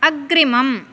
अग्रिमम्